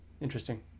interesting